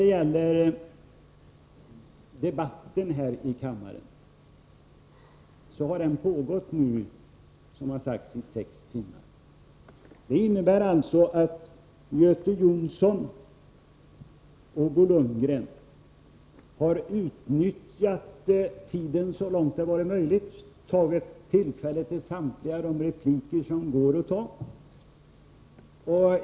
Den här debatten har, som sagt, pågått i sex timmar. Göte Jonsson och Bo Lundgren har således utnyttjat tiden så långt det varit möjligt. De har utnyttjat samtliga repliker som de har rätt till.